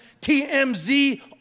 TMZ